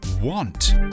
want